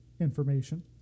information